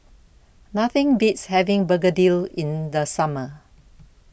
Nothing Beats having Begedil in The Summer